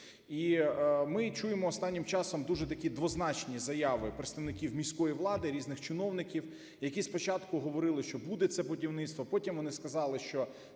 І ми чуємо останнім часом дуже такі двозначні заяви представників міської влади, різних чиновників, які спочатку говорили, що буде це будівництво, потім вони сказали, що